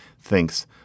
thinks